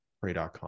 pray.com